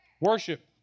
Worship